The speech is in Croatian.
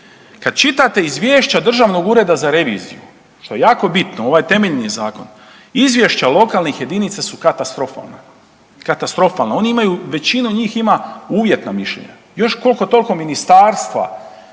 Kad čitate izvješća Državnog ureda za reviziju što je jako bitno, ovo je temeljni zakon, izvješća lokalnih jedinica su katastrofalne. Katastrofalne. One imaju, većina njih ima uvjetna mišljenja. Još koliko-toliko ministarstva,